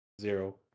zero